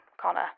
Connor